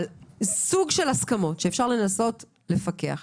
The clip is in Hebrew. אבל סוג של הסכמות שאפשר לנסות לפקח.